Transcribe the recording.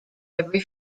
every